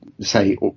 say